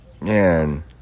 man